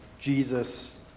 Jesus